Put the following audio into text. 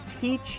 teach